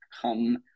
come